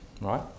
right